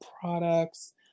products